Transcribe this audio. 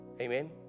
Amen